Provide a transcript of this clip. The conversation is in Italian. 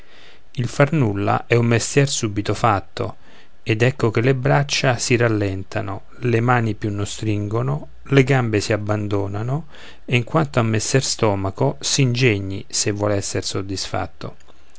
il far nulla è un mestier subito fatto ed ecco che le braccia si rallentano le mani più non stringono le gambe si abbandonano e in quanto a messer stomaco s'ingegni se vuol esser soddisfatto